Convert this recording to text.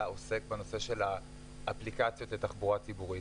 עוסק בנושא של האפליקציות לתחבורה ציבורית.